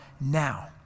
now